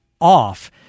off